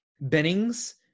Bennings